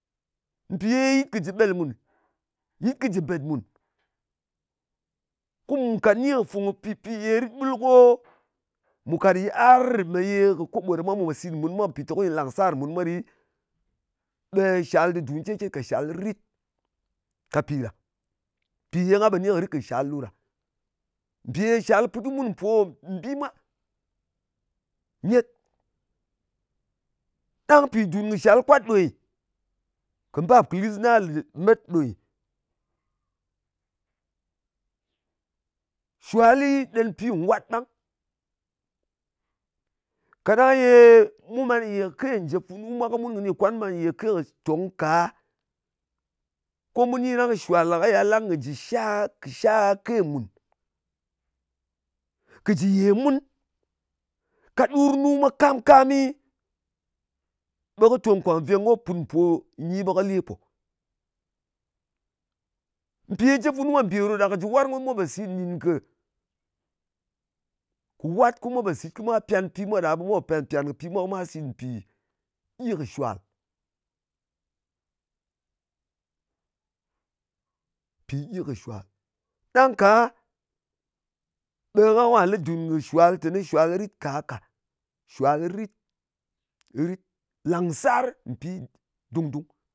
Mpì ye yɨt kɨ jɨ ɓel mùn. Yɨt kɨ jɨ bet mùn. Ko mu ka ni kɨ pi ye rit ɓul ko mù kat yiar me ye mɨ koɓo ɗa mwa, mwà sit mun mwa, mpìteko nyɨ làngsar mun mwa ɗɨ, ɓe shal dùn ket-ket ka. Shal rit ka pi ɗa. Pi ye nga pò ni kɨ̀ rit kɨ shal ɗo ɗa. Mpì ye shal put kɨ mun mpo mbi mwa nyet. Ɗang pì dùn kɨ shal kwat ɗo nyɨ. kɨ mbap kɨ lɨs na lèmet ɗo nyɨ, shuwali ɗen pi nwat ɓang. Kàɗang ye mu man ye kɨ ke njèp funu mwa, ko mun kɨni kwan mu man ye kɨ ke kɨ tong ka, ko mu ni ɗang shuwal ɗa kɨ yal ɗang kɨ jɨ sha, kɨ sha ke mùn, kɨ jɨ ye mun ka ɗur nu mwa kam-kamɨ, ɓe kɨ tong kwak nveng, ko put mpo nyi, ɓe kɨ lēpò. Mpì ye jep funu mwa, mbì ròt-ròt ɗa kɨ jɨ warng, ko mwa pò sit nɗìn kɨ wat, ko mwa pyan pi mwa ɗa, ɓe mwa pyān-pyàn kɨ pi mwa ko mwa sit mpì gyi kɨ shuwal. Mpì gyi kɨ shuwal. Ɗang ka ɓe rang ɗa lɨ dun kɨ shuwal teni shuwal rit ka ka shuwal rit. Rit. Lang sar mpi dung-dung.